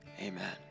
amen